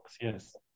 yes